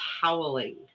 howling